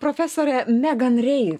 profesorė megan rei